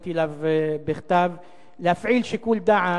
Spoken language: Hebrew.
פניתי אליו בכתב להפעיל שיקול דעת.